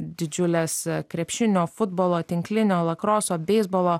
didžiulės krepšinio futbolo tinklinio lakroso beisbolo